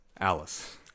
Alice